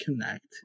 connect